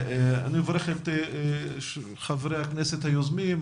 אני מברך את חברי הכנסת היוזמים.